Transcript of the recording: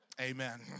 Amen